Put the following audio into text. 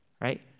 Right